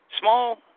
Small